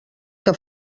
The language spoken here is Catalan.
que